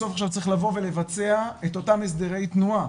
בסוף עכשיו צריך לבוא ולבצע את אותם הסדרי תנועה